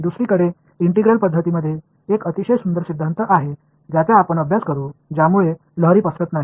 दुसरीकडे इंटिग्रल पद्धतींमध्ये एक अतिशय सुंदर सिद्धांत आहे ज्याचा आपण अभ्यास करू ज्यामुळे लहरी पसरणार नाही